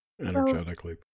Energetically